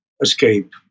escape